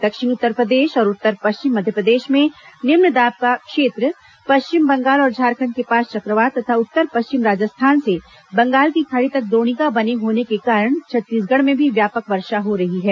दक्षिण उत्तरप्रदेश और उत्तर पश्चिम मध्यप्रदेश में निम्न दाब का क्षेत्र पश्चिम बंगाल और झारखंड के पास चक्रवात तथा उत्तर पश्चिम राजस्थान से बंगाल की खाड़ी तक द्रोणिका बने होने के कारण छत्तीसगढ़ में भी व्यापक वर्षा हो रही है